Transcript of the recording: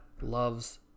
loves